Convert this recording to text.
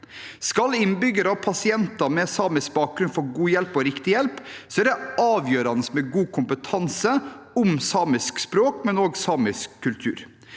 Skal innbyggere og pasienter med samisk bakgrunn få god og riktig hjelp, er det avgjørende med god kompetanse om samisk språk og samisk kultur.